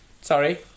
Sorry